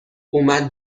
اومد